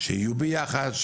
שיהיו ביחד,